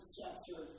chapter